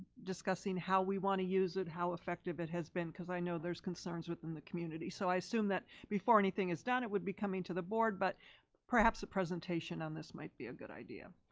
discussing how we want to use it, how effective it has been because i know there's concerns within the community, so i assume that before anything is done it would be coming to the board, but perhaps a presentation on this might be a good idea.